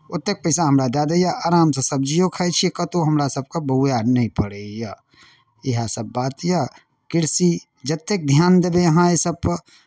ओतेक पैसा हमरा दए दैए आरामसँ सब्जिओ खाइ छियै कतहुँ हमरासभके बौआए नहि पड़ैए इएहसभ बात यए कृषि जतेक ध्यान देबै अहाँ एहि सभपर